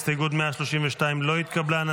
הסתייגות 132 לא התקבלה.